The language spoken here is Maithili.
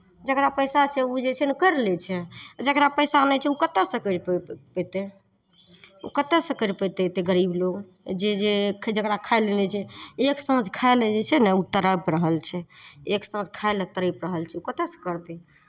जकरा पैसा छै ओ जे छै ने करि लै छै जकरा पैसा नहि छै ओ कतयसँ करि पयतै ओ कतयसँ करि पयतै एतेक गरीब लोक जे जे जकरा खाइ लए नहि छै एक साँझ खाइ लए जे छै ने ओ तड़पि रहल छै एक साँझ खाय लए तड़पि रहल छै ओ कतयसँ करतै